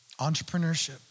Entrepreneurship